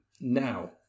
Now